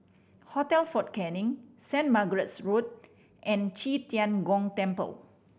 Hotel Fort Canning Saint Margaret's Road and Qi Tian Gong Temple